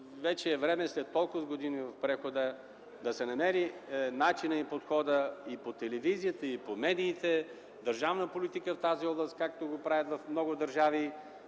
вече е време след толкова години преход да се намерят начинът и подходът, по телевизията и по медиите, държавна политика в тази област, както го правят в много държави